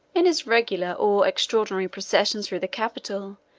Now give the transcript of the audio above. in his regular or extraordinary processions through the capital,